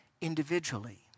individually